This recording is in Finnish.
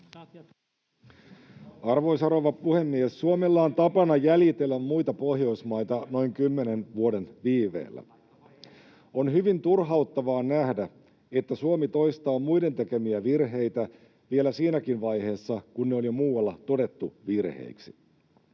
Arvoisa rouva puhemies! Suomella on tapana jäljitellä muita Pohjoismaita noin kymmenen vuoden viiveellä. On hyvin turhauttavaa nähdä, että Suomi toistaa muiden tekemiä virheitä vielä siinäkin vaiheessa, kun ne on muualla jo todettu virheiksi.